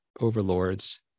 overlords